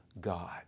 God